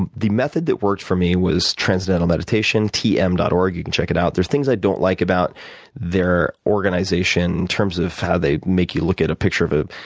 and the method that worked for me was transcendental meditation, tm dot org you can check it out. there are things i don't like about their organization in terms of how they make you look at a picture of of